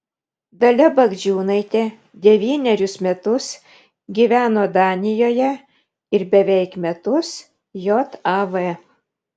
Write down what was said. dalia bagdžiūnaitė devynerius metus gyveno danijoje ir beveik metus jav